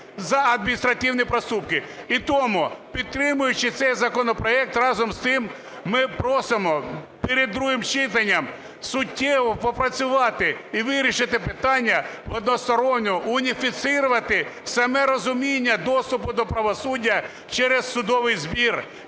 за адміністративні проступки. І тому, підтримуючи цей законопроект, разом з тим ми просимо перед другим читанням суттєво попрацювати і вирішити питання односторонньо, уніфікувати саме розуміння доступу до правосуддя через судовий збір